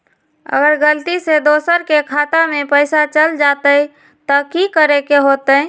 अगर गलती से दोसर के खाता में पैसा चल जताय त की करे के होतय?